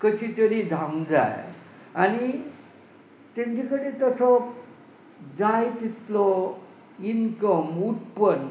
कशी तरी जावंक जाय आनी तांचे कडेन तसो जाय तितलो इनकम उत्पन्न